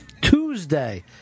Tuesday